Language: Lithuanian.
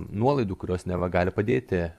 nuolaidų kurios neva gali padėti